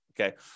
okay